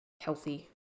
healthy